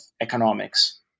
economics